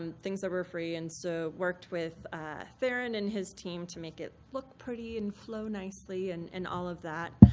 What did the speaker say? um things that were free. and so i worked with ah theron and his team to make it look pretty, and flow nicely, and and all of that.